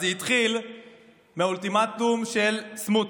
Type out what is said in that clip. אז זה התחיל מהאולטימטום של סמוטריץ',